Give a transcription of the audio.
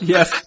Yes